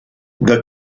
the